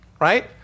right